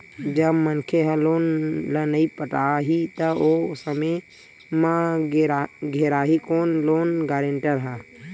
जब मनखे ह लोन ल नइ पटाही त ओ समे म घेराही कोन लोन गारेंटर ह